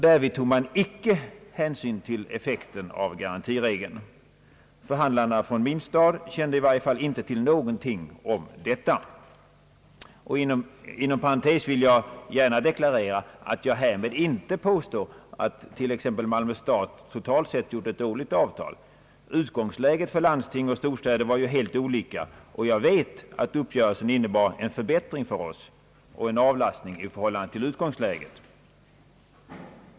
Därvid tog man icke hänsyn till effekten av garantiregeln. Förhandlarna från min stad kände i varje fall icke till någonting om detta. Inom parentes vill jag gärna deklarera, att jag härmed inte påstår att Malmö stad totalt sett gjort ett dåligt avtal. Utgångsläget för landsting och storstäder var ju helt olika. Jag vet att uppgörelsen innebar en förbättring för oss och en avlastning i förhållande till utgångsläget.